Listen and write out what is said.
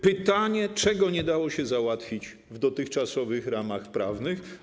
Pytanie: Czego nie dało się załatwić w dotychczasowych ramach prawnych?